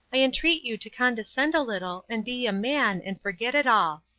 i entreat you to condescend a little, and be a man, and forget it all.